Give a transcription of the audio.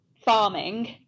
farming